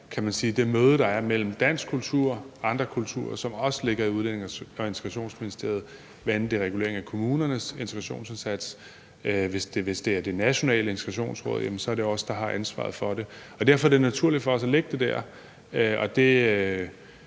det møde, der er mellem dansk kultur og andre kulturer, som også ligger i Udlændinge- og Integrationsministeriet, bl.a. regulering af kommunernes integrationsindsats. Og hvis det er Det Nationale Integrationsråd, er det os, der har ansvaret for det. Derfor er det naturligt for os at lægge det der,